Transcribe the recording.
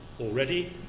already